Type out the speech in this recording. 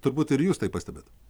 turbūt ir jūs tai pastebit